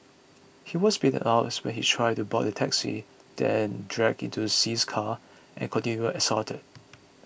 he was beaten up when he tried to board the taxi then dragged into See's car and continually assaulted